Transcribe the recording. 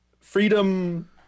freedom